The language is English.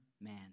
man